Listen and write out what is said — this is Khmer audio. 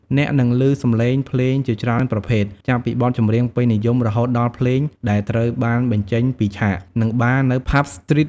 អ្នកនឹងលឺសំឡេងភ្លេងជាច្រើនប្រភេទ ចាប់ពីបទចម្រៀងពេញនិយម រហូតដល់ភ្លេង ដែលត្រូវបានបញ្ចេញពីឆាក និងបារ នៅផាប់ស្ទ្រីត។